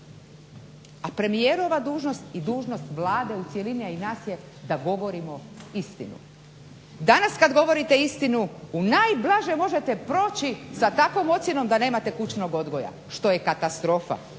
a premijerova dužnost i dužnost Vlade u cjelini a i nas je da govorimo istinu. Danas kada govorite istinu u najblaže možete proći sa takvom ocjenom da nemate kućnog odgoja što je katastrofa,